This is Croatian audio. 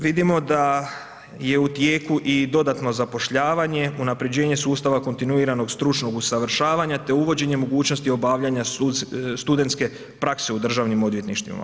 Vidimo da je u tijeku i dodatno zapošljavanje, unapređenje sustava kontinuiranog stručnog usavršavanja te uvođenje mogućnosti obavljanja studentske prakse u državnim odvjetništvima.